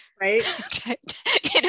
Right